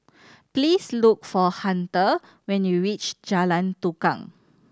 please look for Hunter when you reach Jalan Tukang